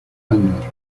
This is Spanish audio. años